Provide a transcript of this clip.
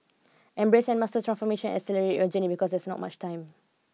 embrace and master transformation and accelerate your journey because there's no much time